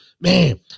man